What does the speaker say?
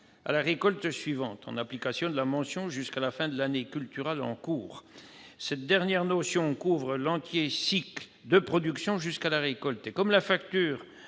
à la récolte suivante, en application de la mention « jusqu'à la fin de l'année culturale en cours ». Cette dernière notion couvre l'entier cycle de production jusqu'à la récolte. Comme la facture